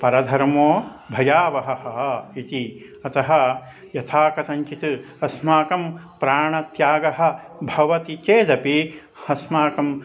परधर्मो भयावहः इति अतः यथा कथञ्चित् अस्माकं प्राणत्यागः भवति चेदपि अस्माकं